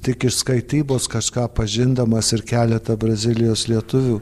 tik iš skaitybos kažką pažindamas ir keleta brazilijos lietuvių